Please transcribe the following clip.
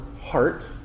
heart